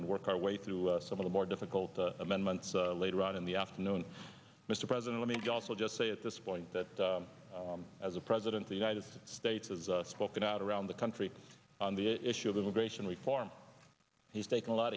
and work our way through some of the more difficult amendments later on in the afternoon mr president let me also just say at this point that as a president the united states has spoken out around the country on the issue of immigration reform he's taken a lot